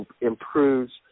improves